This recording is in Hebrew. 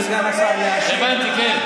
צא, צא, צא.